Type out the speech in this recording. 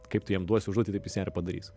kaip tu jam duosi užduotį taip jis ją ir padarys